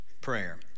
prayer